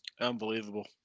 Unbelievable